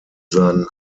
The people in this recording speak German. seinen